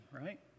right